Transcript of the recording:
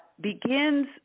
begins